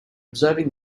observing